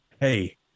hey